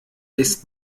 ist